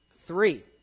three